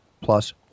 plus